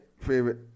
favorite